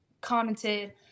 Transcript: commented